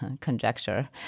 conjecture